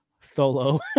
solo